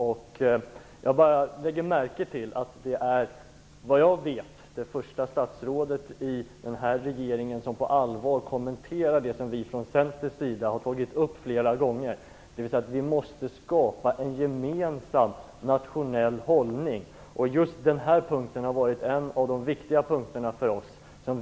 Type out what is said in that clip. Såvitt jag vet är Pierre Schori det första statsrådet i denna regering som på allvar kommenterar det som vi från Centern har tagit upp flera gånger, nämligen att vi måste skapa en gemensam nationell hållning. Det har varit en av våra viktiga punkter.